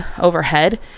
overhead